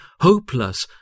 hopeless